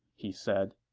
he said